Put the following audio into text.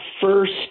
first